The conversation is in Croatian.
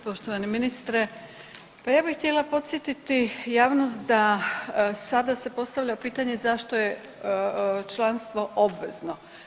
Poštovani ministre, pa ja bih htjela podsjetiti javnost da sada se postavlja pitanje zašto je članstvo obvezno.